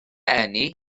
eni